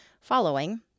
following